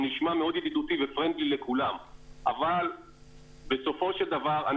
הוא נשמע מאוד ידידותי ו"פרנדלי" לכולם אבל בסופו של דבר,